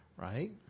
right